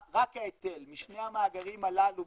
רק ההיטל,